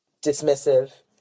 Dismissive